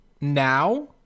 now